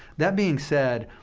that being said,